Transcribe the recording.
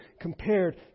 compared